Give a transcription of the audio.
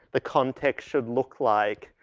the context should look like.